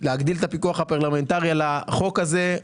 להגדיל את הפיקוח הפרלמנטרי על החוק הזה,